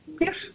Yes